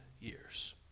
years